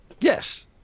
Yes